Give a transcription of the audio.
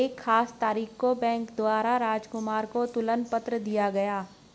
एक खास तारीख को बैंक द्वारा राजकुमार को तुलन पत्र दिया गया